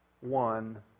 one